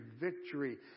victory